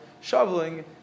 shoveling